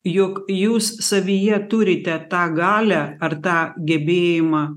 jog jūs savyje turite tą galią ar tą gebėjimą